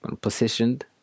positioned